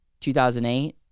2008